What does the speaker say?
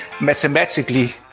mathematically